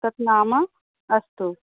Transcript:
तत् नाम अस्तु